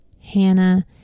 Hannah